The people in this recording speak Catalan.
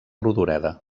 rodoreda